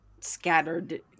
scattered